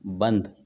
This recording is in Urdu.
بند